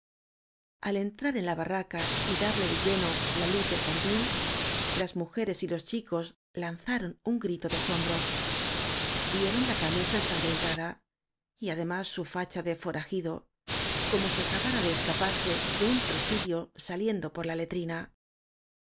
al entrar en la barraca y darle de lleno la luz del candil las mujeres y los chicos lanzaron un orito o de asombro vieron la camisa ensangrentada y además su facha de foragido como si acabara de escaparse de un presidio saliendo por la letrina